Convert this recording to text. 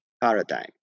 paradigm